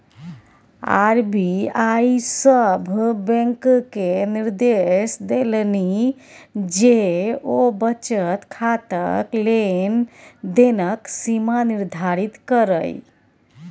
RBI सभ बैंककेँ निदेर्श देलनि जे ओ बचत खाताक लेन देनक सीमा निर्धारित करय